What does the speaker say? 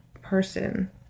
person